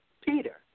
Peter